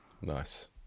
Nice